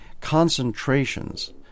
concentrations